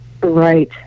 Right